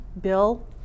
bill